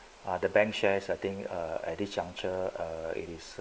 err the bank shares I think err at this juncture err is